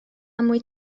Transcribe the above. wyt